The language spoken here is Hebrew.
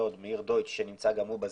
מאיר דויטש שנמצא גם הוא בזום.